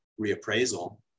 reappraisal